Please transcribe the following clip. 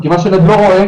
כי מה שהילד לא רואה,